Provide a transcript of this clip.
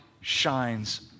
shines